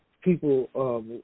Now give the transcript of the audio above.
people